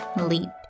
leap